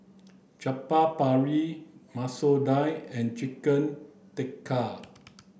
Chaat Papri Masoor Dal and Chicken Tikka